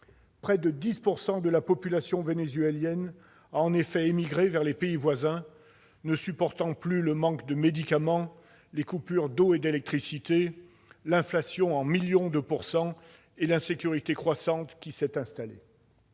Près de 10 % de la population vénézuélienne a en effet émigré vers les pays voisins, ne supportant plus le manque de médicaments, les coupures d'eau et d'électricité, l'inflation à 1 000 000 % et l'insécurité croissante. Ces migrants